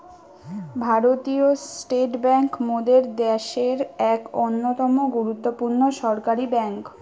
ভারতীয় state bank মোদের দ্যাশের এক অন্যতম গুরুত্বপূর্ণ সরকারি বেঙ্ক